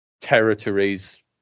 territories